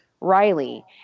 Riley